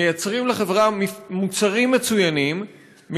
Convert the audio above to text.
מייצרים לחברה מוצרים מצוינים,